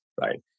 right